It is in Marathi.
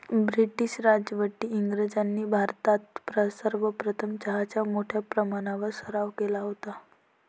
ब्रिटीश राजवटीत इंग्रजांनी भारतात सर्वप्रथम चहाचा मोठ्या प्रमाणावर सराव केला होता